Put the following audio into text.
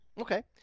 Okay